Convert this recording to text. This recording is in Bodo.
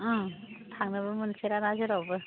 थांनोबो मोनफेराना जेरावबो